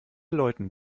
leuten